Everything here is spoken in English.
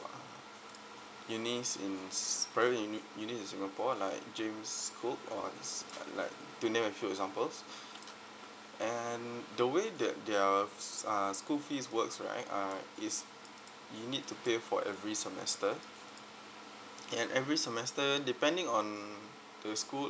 unis in s~ private uni uni in singapore like james cook or s~ uh uh like to name a few examples and the way that their s~ uh school fees works right uh is you need to pay for every semester and every semester depending on the school